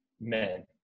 men